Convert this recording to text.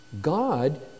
God